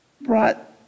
brought